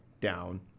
down